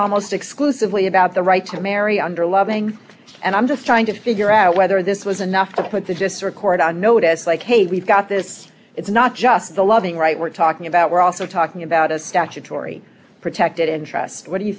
almost exclusively about the right to marry under loving and i'm just trying to figure out whether this was enough to put the just sort of court on notice like hey we've got this it's not just the loving right we're talking about we're also talking about a statutory protected interest what do you